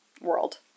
world